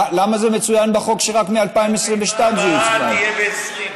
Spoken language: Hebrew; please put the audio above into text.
למה מצוין בחוק שרק מ-2022 זה יוצמד?